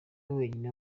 wenyine